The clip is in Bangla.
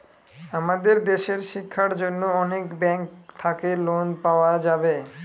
আমাদের দেশের শিক্ষার জন্য অনেক ব্যাঙ্ক থাকে লোন পাওয়া যাবে